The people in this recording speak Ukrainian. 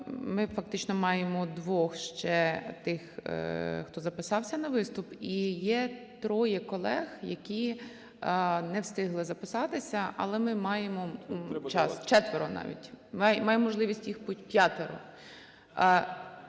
Ми фактично маємо двох ще тих, хто записався на виступ. І є троє колег, які не встигли записатися, але ми маємо час, четверо навіть. Маємо можливість… П'ятеро.